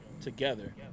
together